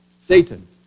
Satan